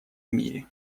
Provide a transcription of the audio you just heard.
мире